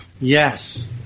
Yes